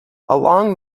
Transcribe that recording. along